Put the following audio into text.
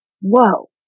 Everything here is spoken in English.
Whoa